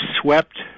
swept